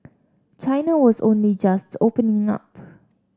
China was only just opening up